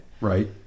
Right